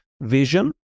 vision